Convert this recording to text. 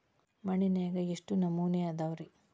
ಮಣ್ಣಿನಾಗ ಎಷ್ಟು ನಮೂನೆ ಅದಾವ ರಿ?